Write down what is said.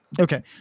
Okay